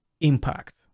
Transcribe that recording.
impact